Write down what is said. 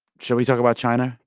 shall we talk about china,